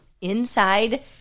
Inside